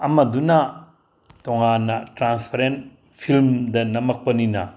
ꯑꯃꯗꯨꯅ ꯇꯣꯉꯥꯟꯅ ꯇ꯭ꯔꯥꯟꯁꯄꯔꯦꯟ ꯐꯤꯂꯝꯗ ꯅꯝꯃꯛꯄꯅꯤꯅ